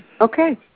Okay